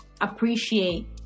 appreciate